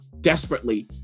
desperately